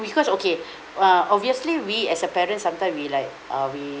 because okay ah obviously we as a parent sometimes we like uh we